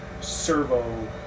servo